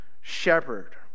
shepherd